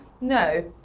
No